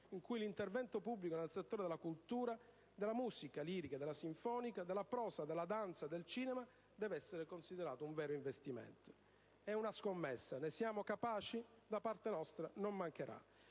in cui l'intervento pubblico nel settore della cultura, della musica lirica e sinfonica, della prosa, della danza, del cinema deve essere considerato un vero investimento. Questa è una scommessa: ne siamo capaci? Noi non ci